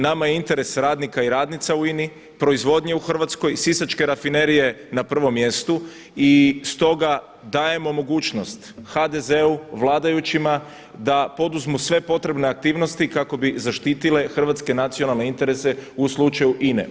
Nama je interes radnika i radnica u INA-i, proizvodnje u Hrvatskoj, sisačke rafinerije na prvom mjestu i stoga dajemo mogućnost HDZ-u, vladajućima, da poduzmu sve potrebne aktivnosti kako bi zaštitile hrvatske nacionalne interese u slučaju INA-e.